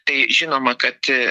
tai žinoma kad